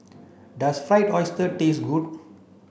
does fried oyster taste good